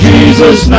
Jesus